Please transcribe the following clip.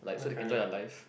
like so they enjoy their lives